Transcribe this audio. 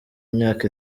imyaka